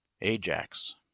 ajax